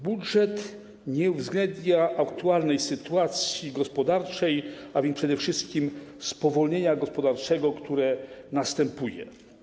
Budżet nie uwzględnia aktualnej sytuacji gospodarczej, a więc przede wszystkim spowolnienia gospodarczego, które następuje.